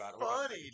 funny